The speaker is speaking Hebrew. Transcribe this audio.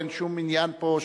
אין שום עניין פה,